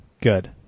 Good